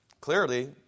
clearly